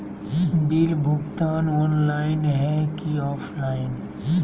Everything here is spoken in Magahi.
बिल भुगतान ऑनलाइन है की ऑफलाइन?